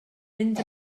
mynd